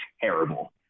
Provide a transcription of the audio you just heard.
terrible